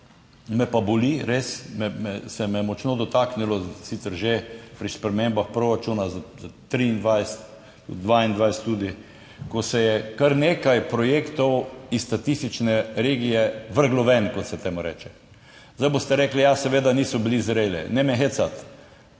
me pa boli, res se me je močno dotaknilo, sicer že pri spremembah proračuna za 23, 22 tudi, ko se je kar nekaj projektov iz statistične regije vrglo ven, kot se temu reče. Zdaj boste rekli, ja, seveda niso bili zreli. Ne me hecati.